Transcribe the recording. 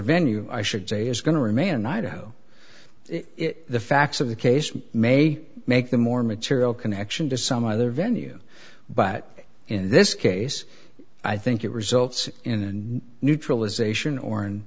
venue i should say is going to remain in idaho if the facts of the case may make them more material connection to some other venue but in this case i think it results in and neutralization or and